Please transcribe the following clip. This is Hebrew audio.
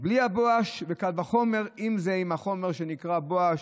בלי הבואש, וקל וחומר עם החומר שנקרא בואש,